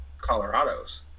colorado's